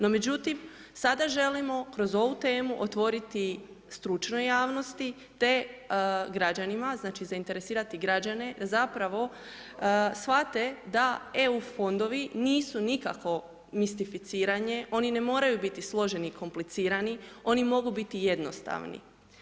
No međutim, sada želimo kroz ovu temu, otvoriti stručnoj javnosti te građanima, znači zainteresirati građane, da zapravo shvate da EU fondovi nisu nikakvo mistificiranje, oni ne moraju biti složeni i komplicirani, oni mogu biti jednostavni.